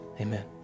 Amen